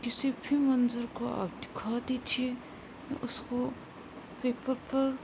کسی بھی منظر کو آپ دکھا دیجیے میں اس کو پیپر پر